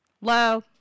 Hello